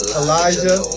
Elijah